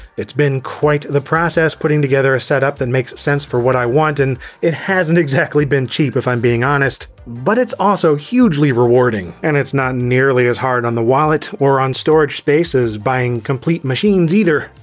it's been quite the process putting together a setup that makes sense for what i want, and it hasn't exactly been cheap, if i'm being honest. but it's also hugely rewarding, and it's not nearly as hard on the wallet or on storage space as buying complete machines either.